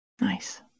Nice